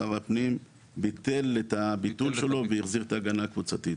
שר הפנים ביטל את הביטול שלו והחזיר את ההגנה הקבוצתית.